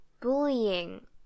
bullying